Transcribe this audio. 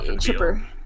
Chipper